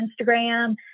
Instagram